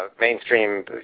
mainstream